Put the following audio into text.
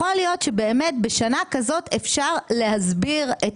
יכול להיות שבאמת בשנה כזאת אפשר להסביר את